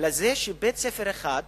לזה שבית-ספר אחד